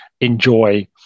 enjoy